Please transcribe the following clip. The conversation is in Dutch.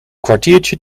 kwartiertje